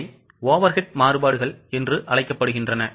அவை overhead மாறுபாடுகள் என்று அழைக்கப்படுகின்றன